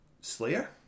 Slayer